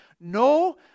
No